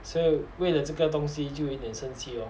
所以为了这个东西就一点生气 lor